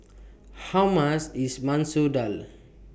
How much IS Masoor Dal